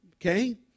okay